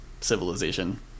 civilization